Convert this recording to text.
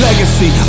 Legacy